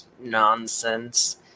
nonsense